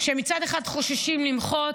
מצד אחד חוששים למחות,